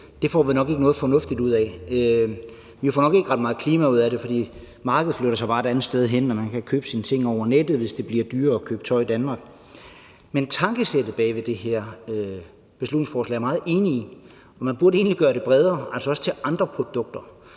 får vi nok ikke noget fornuftigt ud af. Vi får nok ikke ret meget klima ud af det, for markedet flytter sig bare et andet sted hen og man kan købe sine ting over nettet, hvis det bliver dyrere at købe tøj i Danmark. Men tankesættet bag det her beslutningsforslag er jeg meget enig i, og man burde egentlig gøre det bredere for at omfatte også andre produkter